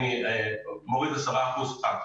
הוא מוריד 10 אחוזים.